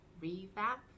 revamp